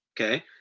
Okay